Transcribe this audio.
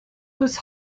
was